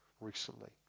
recently